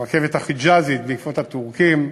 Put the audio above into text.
הרכבת החיג'אזית בעקבות הטורקים.